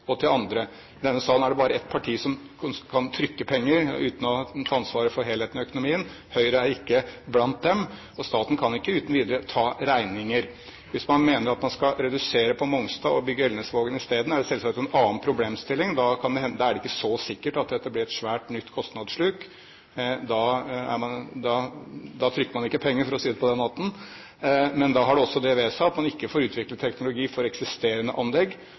og til andre. I denne salen er det bare ett parti som kan trykke penger uten å ta ansvaret for helheten i økonomien. Høyre er ikke blant dem. Så staten kan ikke uten videre ta regninger. Hvis man mener at man skal redusere på Mongstad og bygge i Elnesvågen isteden, er det selvsagt en annen problemstilling. Da er det ikke så sikkert at dette blir et svært, nytt kostnadssluk, da trykker man ikke penger, for å si det på den måten, men da har det også det ved seg at man ikke får utviklet teknologi for eksisterende anlegg.